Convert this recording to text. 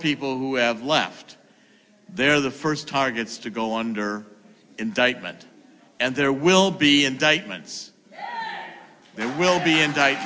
people who have left they're the first targets to go under indictment and there will be indictments there will be ind